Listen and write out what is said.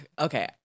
Okay